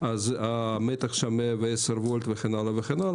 אז המתח שונה מ-10 וולט וכן האלה וכן האלה.